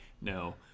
no